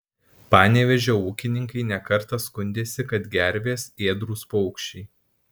panevėžio ūkininkai ne kartą skundėsi kad gervės ėdrūs paukščiai